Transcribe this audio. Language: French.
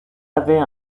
avais